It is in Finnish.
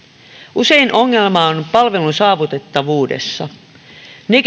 usein ongelma on palvelun saavutettavuudessa ne